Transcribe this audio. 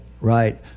right